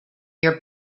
your